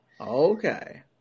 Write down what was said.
Okay